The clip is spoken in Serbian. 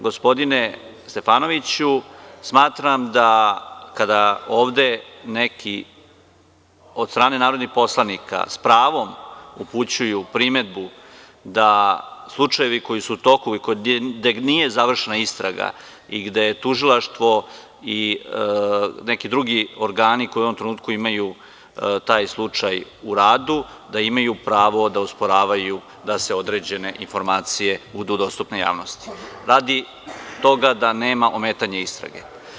Gospodine Stefanoviću, smatram da kada ovde neki narodni poslanici s pravom upućuju primedbu da slučajevi koji su u toku i gde nije završena istraga ili gde je tužilaštvo ili neki drugi organi koji u ovom trenutku imaju taj slučaj u radu, da imaju pravo da osporavaju da određene informacije budu dostupne javnosti, radi toga da nema ometanja istrage.